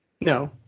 No